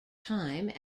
time